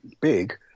big